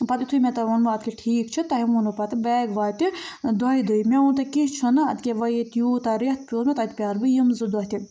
پَتہٕ یتھے مےٚ تۄہہِ ووٚنمو اَدٕ کیٛاہ ٹھیٖک چھُ تۄہہِ ووٚنوٕ پتہٕ بیگ واتہِ دۄیہِ دۄہۍ مےٚ ووٚنمو تۅہہِ کیٚنٛہہ چھُنہٕ اَدٕ کیٛاہ وۄنۍ ییٚتہِ یوٗتاہ رٮ۪تھ پٮ۪و نا تَتہِ پرٛارٕ بہٕ یِم زٕ دۄہ تہِ